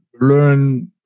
learn